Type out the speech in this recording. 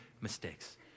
mistakes